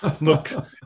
look